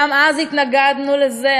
גם אז התנגדנו לזה.